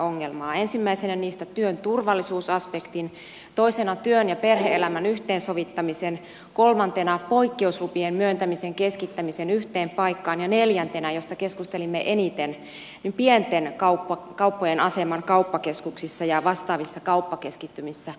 ensimmäisenä niistä työn turvallisuusaspektin toisena työn ja perhe elämän yhteensovittamisen kolmantena poikkeuslupien myöntämisen keskittämisen yhteen paikkaan ja neljäntenä mistä keskustelimme eniten pienten kauppojen aseman kauppakeskuksissa ja vastaavissa kauppakeskittymissä